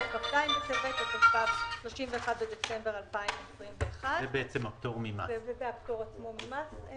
"כ"ז בטבת התשפ"ג (31 בדצמבר 2021)". זה הפטור ממס.